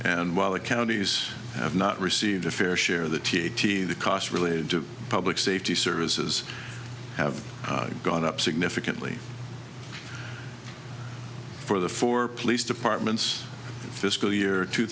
and while the counties have not received a fair share of the t t the cost related to public safety services have gone up significantly for the four police departments fiscal year two